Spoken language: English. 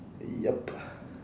eh yup